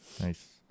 Nice